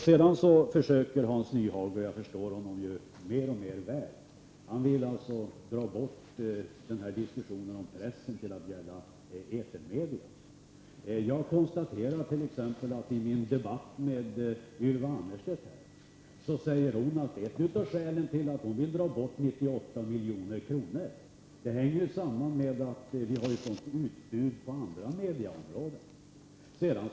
Sedan försöker Hans Nyhage — jag förstår honom mer och mer väl — dra bort diskussionen från presstödet till att gälla etermedier. Ylva Annerstedt säger i debatten med mig att ett av skälen till att hon vill dra bort 98 miljoner hänger samman med att vi har sådant utbud på andra medieområden.